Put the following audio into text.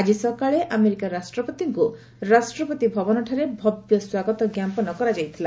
ଆକି ସକାଳେ ଆମେରିକା ରାଷ୍ଟ୍ରପତିଙ୍କୁ ରାଷ୍ଟ୍ରପତି ଭବନଠାରେ ଭବ୍ୟସ୍ୱାଗତ ଜ୍ଞାପନ କରାଯାଇଥିଲା